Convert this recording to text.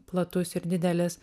platus ir didelis